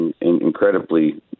incredibly